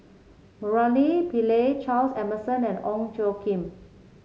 Murali Pillai Charles Emmerson and Ong Tjoe Kim